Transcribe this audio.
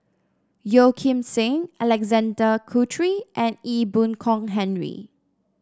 Yeo Kim Seng Alexander Guthrie and Ee Boon Kong Henry